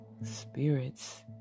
spirits